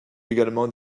également